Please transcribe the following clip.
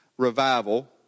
revival